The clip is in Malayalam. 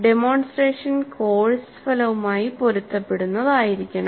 ഡെമോൺസ്ട്രേഷൻ കോഴ്സ് ഫലവുമായി പൊരുത്തപ്പെടുന്നതായിരിക്കണം